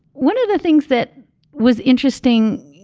one of the things that was interesting,